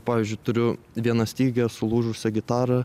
pavyzdžiui turiu vienastygę sulūžusią gitarą